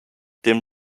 dim